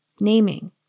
naming